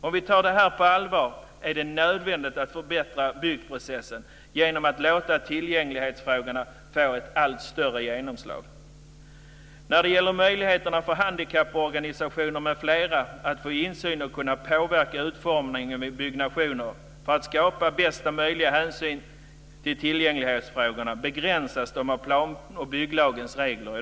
Om vi tar det här på allvar är det nödvändigt att förbättra byggprocessen genom att låta tillgänglighetsfrågorna få ett allt större genomslag. När det gäller möjligheterna för handikapporganisationer m.fl. att få insyn och kunna påverka utformningen av byggnationer för att skapa bästa möjliga hänsyn till tillgänglighetsfrågorna begränsas de i dag av plan och bygglagens regler.